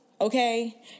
Okay